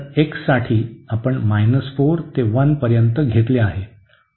तर x साठी आपण 4 ते 1 पर्यंत घेतले आहे